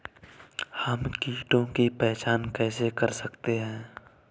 हम कीटों की पहचान कैसे कर सकते हैं?